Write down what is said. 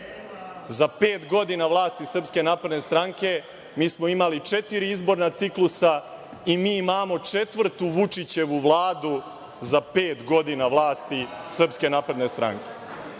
Za pet godina vlasti Srpske napredne stranke, mi smo imali četiri izborna ciklusa i mi imamo četvrtu Vučićevu Vladu za pet godina vlasti Srpske napredne stranke.